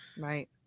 Right